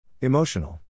Emotional